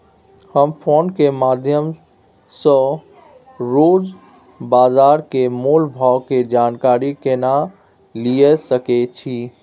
हम फोन के माध्यम सो रोज बाजार के मोल भाव के जानकारी केना लिए सके छी?